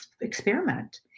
Experiment